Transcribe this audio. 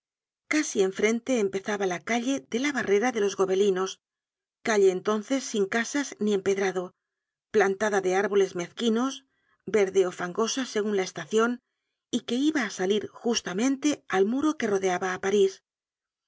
casi en frente empezaba la calle de la barrera de los gobelinos calle entonces sin casas ni empedrado plantada de árboles mezquinos verde ó fangosa segun la estacion y que iba á salir justamente al muro que rodeaba á parís